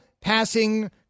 passing